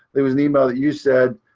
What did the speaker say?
there was an email that you said,